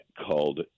called